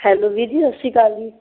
hello ਵੀਰ ਜੀ ਸਤਿ ਸ਼੍ਰੀ ਅਕਾਲ ਜੀ